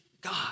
God